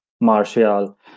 Martial